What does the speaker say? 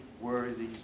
worthy